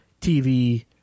TV